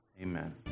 amen